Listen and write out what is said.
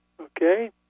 Okay